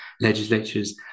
legislatures